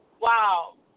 Wow